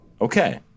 Okay